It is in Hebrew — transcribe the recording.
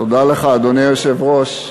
תודה לך, אדוני היושב-ראש.